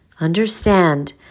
Understand